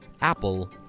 Apple